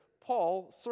Paul